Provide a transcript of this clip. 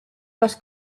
les